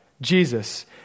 Jesus